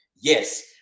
yes